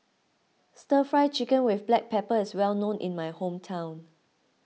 Stir Fry Chicken with Black Pepper is well known in my hometown